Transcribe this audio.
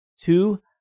Two